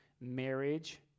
marriage